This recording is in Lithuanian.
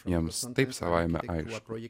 jiems taip savaime aišku